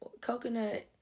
coconut